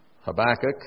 Habakkuk